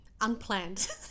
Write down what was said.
Unplanned